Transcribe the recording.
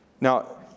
Now